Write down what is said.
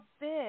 big